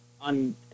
on